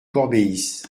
corbéis